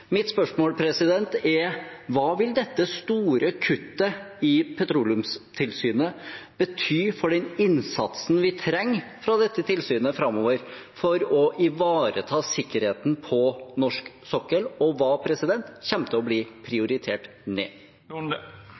Mitt spørsmål er: Hva vil dette store kuttet til Petroleumstilsynet bety for den innsatsen vi trenger fra dette tilsynet framover, for å ivareta sikkerheten på norsk sokkel, og hva kommer til å bli prioritert ned?